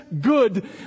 good